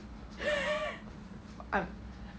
I'm